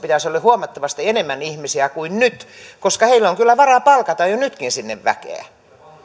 olla huomattavasti enemmän ihmisiä kuin nyt koska heillä on kyllä jo nytkin varaa palkata sinne väkeä